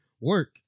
work